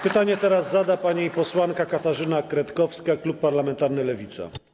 Pytanie zada pani posłanka Katarzyna Kretkowska, klub parlamentarny Lewica.